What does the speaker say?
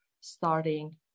starting